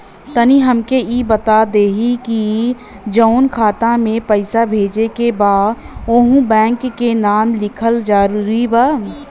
तनि हमके ई बता देही की जऊना खाता मे पैसा भेजे के बा ओहुँ बैंक के नाम लिखल जरूरी बा?